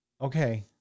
Okay